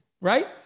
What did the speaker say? right